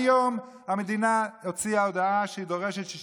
היום המדינה הוציאה הודעה שהיא דורשת 6